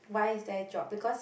why is there a job because